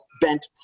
bent